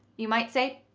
you might say,